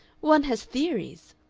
one has theories,